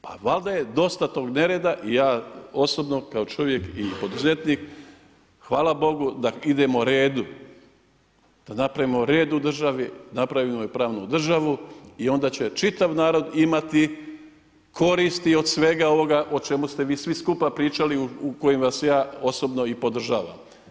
Pa valjda je dosta tog nereda i ja osobno kao čovjek i poduzetnik hvala Bogu da idemo redu, da napravimo red u državi, napravimo i pravnu državu i onda će čitav narod imati koristi od svega ovoga o čemu ste vi svi skupa pričali u koji vas ja osobno i podržavam.